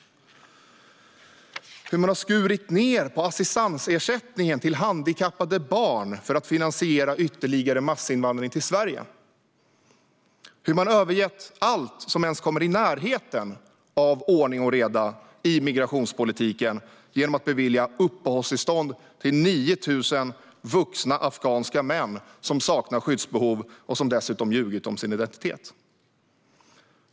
Man har skurit ned på assistansersättningen till handikappade barn för att finansiera ytterligare massinvandring till Sverige. Man har övergett allt som ens kommer i närheten av ordning och reda i migrationspolitiken genom att bevilja uppehållstillstånd till 9 000 vuxna afghanska män, som saknar skyddsbehov och som dessutom ljugit om sin identitet.